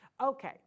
Okay